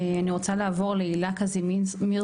אני רוצה לעבוד להילה קזימירסקי,